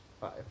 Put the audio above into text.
Five